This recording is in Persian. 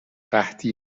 قحطی